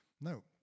No